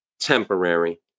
temporary